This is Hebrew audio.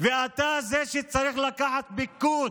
ואתה זה שצריך לקחת פיקוד,